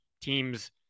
teams